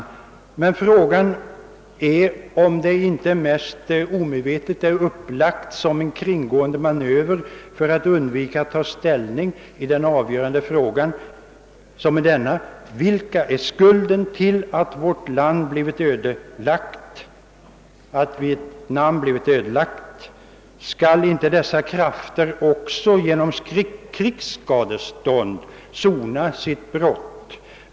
Frågan är dock om programmet inte — mest omedvetet — är upplagt som en kringgående manöver för att man vill undvika att ta ställning till den avgörande frågan: Vilka bär skulden till att Vietnam blivit ödelagt? Skall inte dessa krafter också genom krigsskadestånd sona sitt brott?